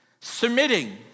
Submitting